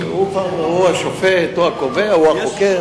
הוא השופט, הוא הקובע, הוא החוקר.